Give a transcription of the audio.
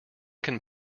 can